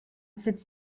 sits